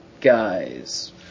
guys